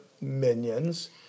minions